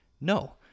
No